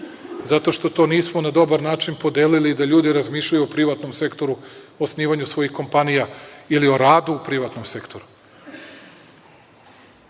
zato što to nismo na dobar način podelili da ljudi razmišljaju o privatnom sektoru, osnivanju svojih kompanija ili o radu u privatnom